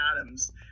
Adams